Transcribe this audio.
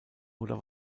oder